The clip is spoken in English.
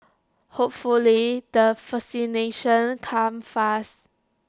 hopefully the vaccinations come fast